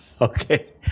Okay